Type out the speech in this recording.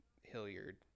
Hilliard